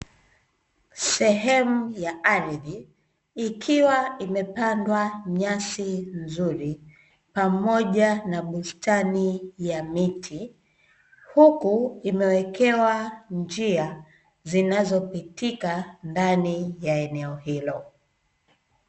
Sehemu ya ardhi ikiwa imepandwa nyasi nzuri, pamoja na bustani ya miti, huku imewekewa njia zinazopitika ndani ya eneo hilo.